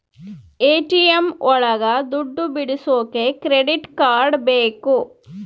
ATM ಒಳಗ ದುಡ್ಡು ಬಿಡಿಸೋಕೆ ಕ್ರೆಡಿಟ್ ಕಾರ್ಡ್ ಬೇಕು